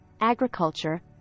agriculture